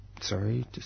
Sorry